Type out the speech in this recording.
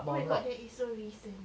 oh my god that is so recent